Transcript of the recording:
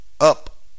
Up